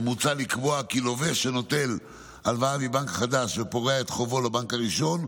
מוצע לקבוע כי לווה שנוטל הלוואה מבנק חדש ופורע את חובו לבנק הראשון,